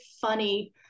funny